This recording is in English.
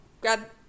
grab